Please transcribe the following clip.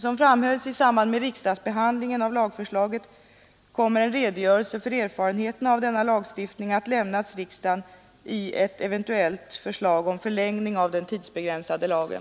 Som framhölls i samband med riksdagsbehandlingen av lagförslaget kommer en redogörelse för erfarenheterna av denna lagstiftning att lämnas riksdagen i ett eventuellt förslag om förlängning av den tidsbegränsade lagen.